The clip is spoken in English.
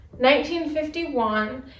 1951